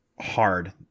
hard